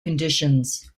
conditions